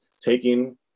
taking